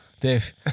Dave